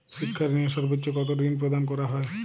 শিক্ষা ঋণে সর্বোচ্চ কতো ঋণ প্রদান করা হয়?